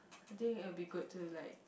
I think it'll be good to like